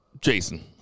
Jason